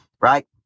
right